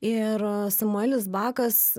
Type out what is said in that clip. ir samuelis bakas